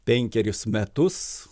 penkerius metus